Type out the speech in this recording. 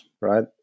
right